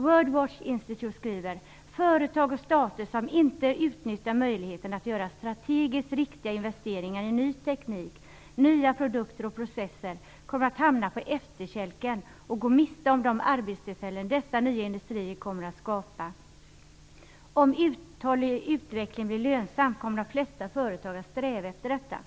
World Watch Institute skriver att företag och stater som inte utnyttjar möjligheten att göra strategiskt riktiga investeringar i ny teknik, nya produkter och processer kommer att hamna på efterkälken och gå miste om de arbetstillfällen dessa nya industrier kommer att skapa. Om utvecklingen blir lönsam kommer de flesta företag att sträva efter detta, skriver man vidare.